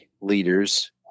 leaders